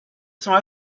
sont